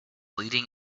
leading